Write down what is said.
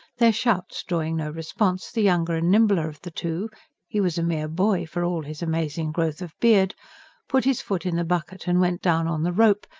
their shouts drawing no response, the younger and nimbler of the two he was a mere boy, for all his amazing growth of beard put his foot in the bucket and went down on the rope,